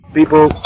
people